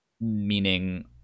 meaning